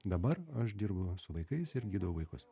dabar aš dirbu su vaikais ir gydau vaikus